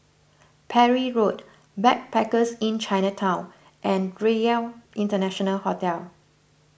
Parry Road Backpackers Inn Chinatown and Relc International Hotel